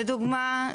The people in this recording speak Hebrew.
לדוגמה,